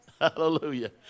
Hallelujah